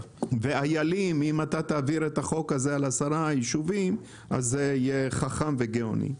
--- אם אתה תעביר את החוק הזה על עשרה יישובים אז זה יהיה חכם וגאוני.